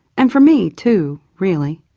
and for me too, really.